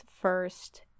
first